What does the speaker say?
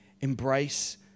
embrace